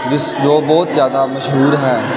ਜਿਸ ਜੋ ਬਹੁਤ ਜਿਆਦਾ ਮਸ਼ਹੂਰ ਹੈ